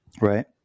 Right